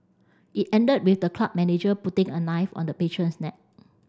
it ended with the club manager putting a knife on the patron's neck